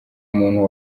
umuntu